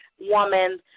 woman